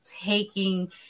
taking